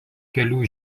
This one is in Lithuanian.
kelių